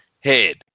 head